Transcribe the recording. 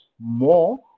more